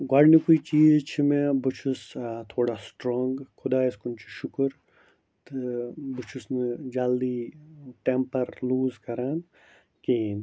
گۄڈٕ نیُکُے چیٖز چھُ مےٚ بہٕ چھُس تھوڑا سٕٹرٛانٛگ خۄدایَس کُن چھُ شُکُر تہٕ بہٕ چھُس نہٕ جلدی ٹٮ۪مپَر لوٗز کَران کِہیٖنۍ